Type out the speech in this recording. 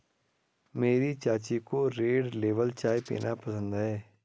मेरी चाची को रेड लेबल चाय पीना पसंद है